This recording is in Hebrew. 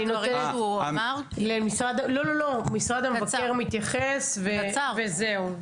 משרד המבקר יתייחס וזהו.